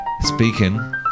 Speaking